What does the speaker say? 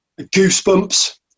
goosebumps